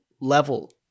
level